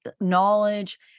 knowledge